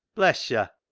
bless yo'!